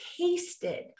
tasted